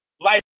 Life